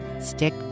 Stick